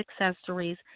accessories